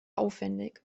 aufwendig